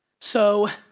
so,